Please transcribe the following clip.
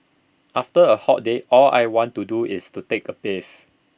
after A hot day all I want to do is to take A bathe